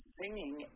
singing